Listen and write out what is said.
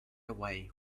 away